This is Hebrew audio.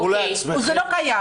זה לא קיים.